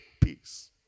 peace